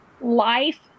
life